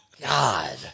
God